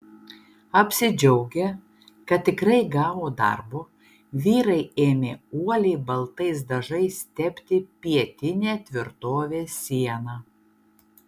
apsidžiaugę kad tikrai gavo darbo vyrai ėmė uoliai baltais dažais tepti pietinę tvirtovės sieną